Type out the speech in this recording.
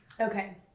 Okay